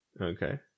Okay